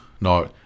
No